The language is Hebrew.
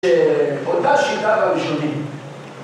שאותה שיטה גם יישובים.